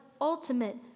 ultimate